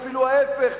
ואפילו ההיפך,